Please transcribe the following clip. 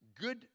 good